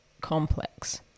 complex